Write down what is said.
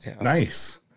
Nice